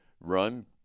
run